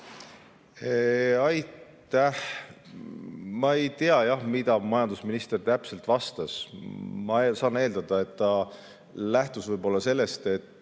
Aitäh! Ma ei tea, mida majandusminister täpselt vastas. Ma saan eeldada, et ta lähtus võib-olla sellest, et